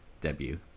debut